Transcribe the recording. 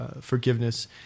forgiveness